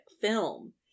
film